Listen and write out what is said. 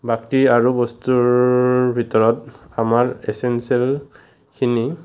বাকী আৰু বস্তুৰ ভিতৰত আমাৰ এচেনঞ্চিয়েলখিনি